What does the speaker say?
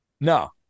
no